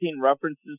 references